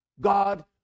God